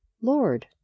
Lord